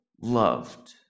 loved